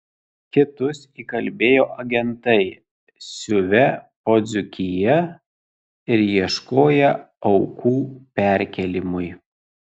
kitus įkalbėjo agentai siuvę po dzūkiją ir ieškoję aukų perkėlimui